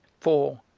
for,